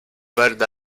verde